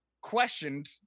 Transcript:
questioned